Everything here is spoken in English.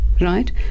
right